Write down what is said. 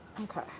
Okay